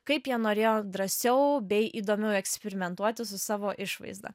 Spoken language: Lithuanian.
kaip jie norėjo drąsiau bei įdomiau eksperimentuoti su savo išvaizda